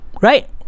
right